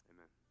Amen